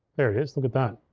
here it is, look at that.